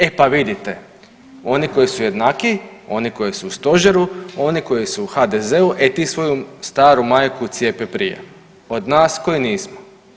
E pa vidite oni koji su jednakiji, oni koji su u stožeru, oni koji su u HDZ-u e ti svoju staru maju cijepi prije od nas koji nismo.